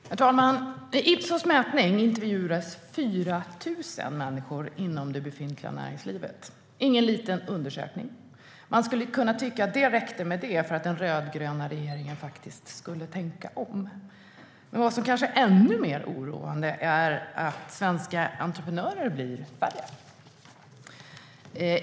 Herr talman! Vid Ipsos mätning intervjuades 4 000 människor inom det befintliga näringslivet. Det är ingen liten undersökning. Man skulle kunna tycka att det skulle räcka för att den rödgröna regeringen skulle tänka om. Vad som är ännu mer oroande är att antalet svenska entreprenörer blir färre.